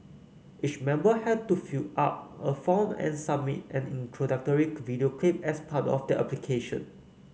each member had to fill out a form and submit an introductory video clip as part of their application